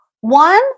one